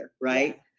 right